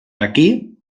aquí